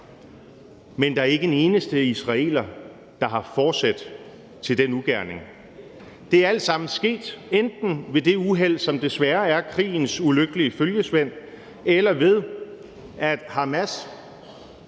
Men der er ikke en eneste israeler, der har forsæt til den ugerning. Det er alt sammen sket enten ved det uheld, som desværre er krigens ulykkelige følgesvend, eller ved at Hamas